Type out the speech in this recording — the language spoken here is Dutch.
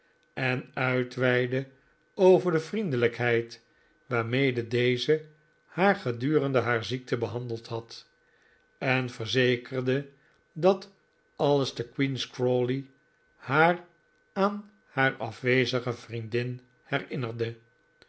en uitweidde over de vriendelijkheid waarmede deze haar gedurende haar ziekte behandeld had en verzekerde dat alles te queen's crawley haar aan haar afwezige vriendin herinnerde